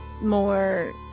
more